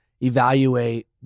evaluate